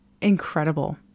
Incredible